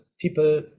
people